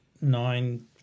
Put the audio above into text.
nine